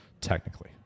technically